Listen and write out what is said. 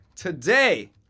Today